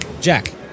Jack